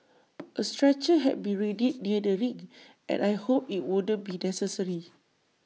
A stretcher had been readied near the ring and I hoped IT wouldn't be necessary